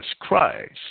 Christ